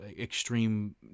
extreme